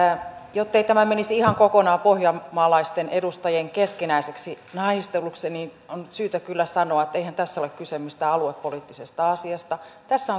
jottei tämä menisi ihan kokonaan pohjanmaalaisten edustajien keskinäiseksi nahisteluksi niin on syytä kyllä sanoa että eihän tässä ole kyse mistään aluepoliittisesta asiasta tässä